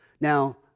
Now